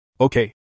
Okay